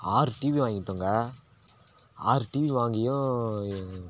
ஆறு டிவி வாங்கிட்டோங்க ஆறு டிவி வாங்கியும்